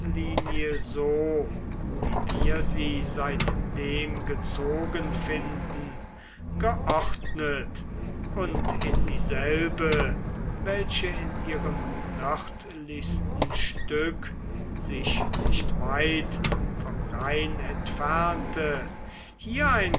so wie wir sie seitdem gezogen finden geordnet und in dieselbe welche in ihrem nördlichsten stück sich nicht weit vom rhein entfernte hier